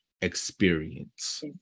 experience